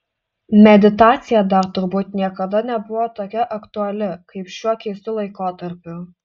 meditacija dar turbūt niekada nebuvo tokia aktuali kaip šiuo keistu laikotarpiu